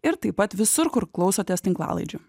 ir taip pat visur kur klausotės tinklalaidžių